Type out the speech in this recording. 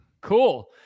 cool